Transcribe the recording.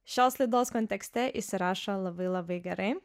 šios laidos kontekste įsirašo labai labai gerai